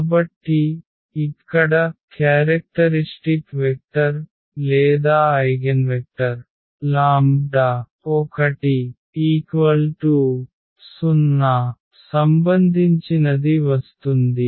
కాబట్టి ఇక్కడ లక్షణం వెక్టర్ లేదా ఐగెన్వెక్టర్ λ1 0 సంబంధించినది వస్తుంది